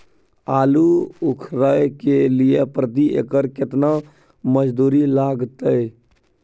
आलू उखारय के लिये प्रति एकर केतना मजदूरी लागते?